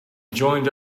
joined